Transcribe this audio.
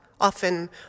often